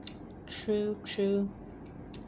true true